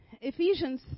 ephesians